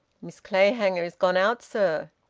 miss clayhanger is gone out, sir.